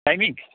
timing